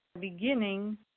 Beginning